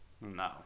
No